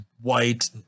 white